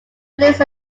list